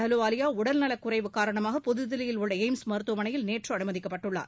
அலுவாலியா உடல்நலக் குறைவு காரணமாக புதுதில்லியில் உள்ள எய்ம்ஸ் மருத்துவமனையில் நேற்று அனுமதிக்கப்பட்டுள்ளார்